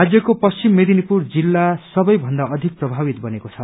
राज्यको पश्चिम मेदिनीपुर जिल्ला सबै भन्दा अधिक प्रभावित बनेको छ